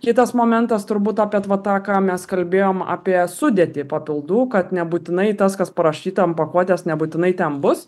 kitas momentas turbūt apie va tą ką mes kalbėjom apie sudėtį papildų kad nebūtinai tas kas parašyta ant pakuotės nebūtinai ten bus